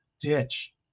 ditch